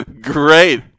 Great